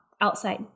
outside